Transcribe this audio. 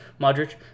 Modric